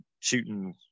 shooting